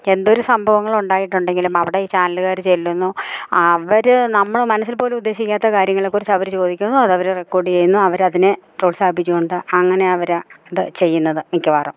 എന്തൊരു സംഭവങ്ങൾ ഉണ്ടായിട്ടുണ്ടെങ്കിൽ അവിടെ ഈ ചാനലുകാർ ചെല്ലുന്നു അവര് നമ്മള് മനസ്സിൽപ്പോലും ഉദ്ദേശിക്കാത്ത കാര്യങ്ങളെക്കുറിച്ചവര് ചോദിക്കുന്നു അതവര് റെക്കോർഡ് ചെയ്യുന്നു അവരതിനെ പ്രോത്സാഹിപ്പിച്ച് കൊണ്ട് അങ്ങനെയവര് അത് ചെയ്യ്ന്നത് മിക്കവാറും